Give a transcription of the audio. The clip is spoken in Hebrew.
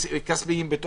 זה עובדה.